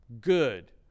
good